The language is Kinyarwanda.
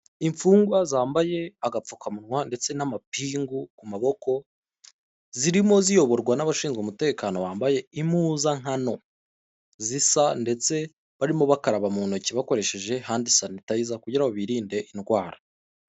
Imfungwa zambaye agapfukamunwa ndetse n'amapingu ku maboko zirimo ziyoborwa n'abashinzwe umutekano bambaye impuzankano zisa ndetse barimo bakaraba mu ntoki bakoresheje handi sanitayiza kugira birinde indwara.